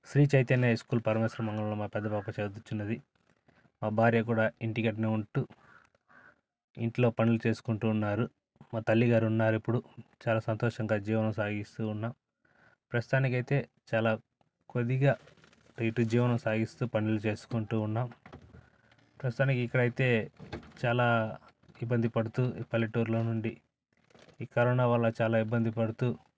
Shri Chaitanya high school Parameswaram మండలంలో మా పెద్ద పాప చదువుచున్నది మా భార్య కూడా ఇంటికాడనే ఉంటు ఇంట్లో పనులు చేసుకుంటు ఉన్నారు మా తల్లిగారు ఉన్నారు ఇప్పుడు చాలా సంతోషంగా జీవనం సాగిస్తూ ఉన్నాం ప్రస్తుతానికైతే చాలా కొద్దిగా ప్రీతి జీవనం సాగిస్తూ పనులు చేసుకుంటూ ఉన్నాం ప్రస్తుతానికి ఇక్కడ అయితే చాలా ఇబ్బంది పడుతు పల్లెటూర్లో నుండి ఈ కరోనా వల్ల చాలా ఇబ్బంది పడుతు